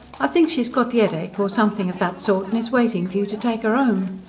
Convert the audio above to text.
i think she's got the headache or something of that sort, and is waiting for you to take er home.